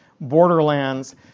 borderlands